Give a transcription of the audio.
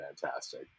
fantastic